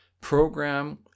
program